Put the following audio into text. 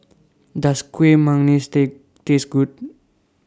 Does Kuih Manggis Take Taste Good